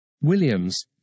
Williams